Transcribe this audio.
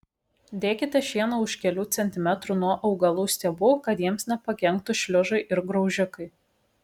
dėkite šieną už kelių centimetrų nuo augalų stiebų kad jiems nepakenktų šliužai ir graužikai